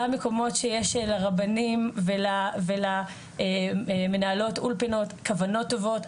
גם מקומות שיש של הרבנים ולמנהלות אולפנות כוונות טובות,